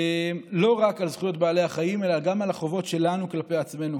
לא רק על זכויות בעלי החיים אלא גם על החובות שלנו כלפי עצמנו,